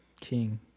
King